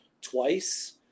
twice